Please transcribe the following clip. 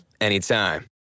anytime